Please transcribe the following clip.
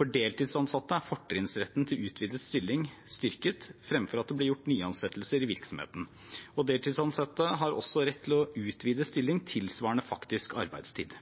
For deltidsansatte er fortrinnsretten til utvidet stilling styrket fremfor at det blir gjort nyansettelser i virksomheten, og deltidsansatte har også rett til å utvide stillingen sin tilsvarende faktisk arbeidstid.